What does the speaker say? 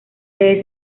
sede